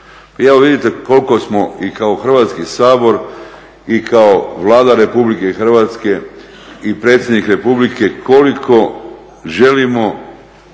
Evo vidite koliko samo i kao Hrvatski sabor i kao Vlada RH i predsjednik Republike koliko želimo